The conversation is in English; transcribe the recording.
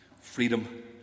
freedom